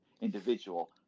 individual